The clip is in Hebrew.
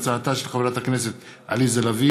בעקבות דיון מהיר בהצעתה של חברת הכנסת עליזה לביא